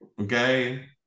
Okay